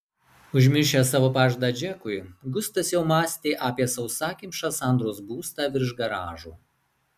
užmiršęs savo pažadą džekui gustas jau mąstė apie sausakimšą sandros būstą virš garažo